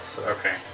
Okay